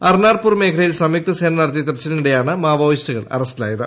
അർനാർപൂർ മേഖലയിൽ സംയുക്ത സേന നടത്തിയ തെരച്ചിലിനിടയിലാണ് മാവോയിസ്റ്റുകൾ അറസ്റ്റിലായത്